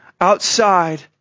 outside